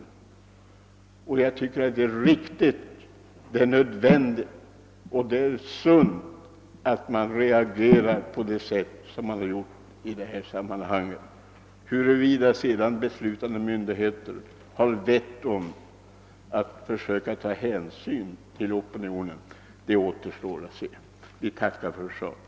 Det är riktigt, nödvändigt och sunt att man där reagerat på det sätt som man har gjort i detta sammanhang. Huruvida beslutande myndigheter sedan har vett att ta hänsyn till denna opinion återstår att se. Jag tackar för svaret.